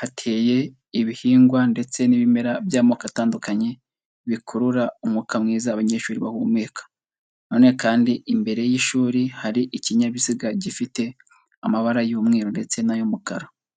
hateye ibihingwa ndetse n'ibimera by'amoko atandukanye bikurura umwuka mwiza abanyeshuri bahumeka, none kandi imbere y'ishuri hari ikinyabiziga gifite amabara y'umweru ndetse n'ay'umukara.